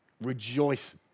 rejoice